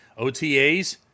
OTAs